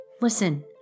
Listen